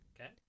Okay